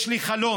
יש לי חלום,